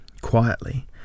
quietly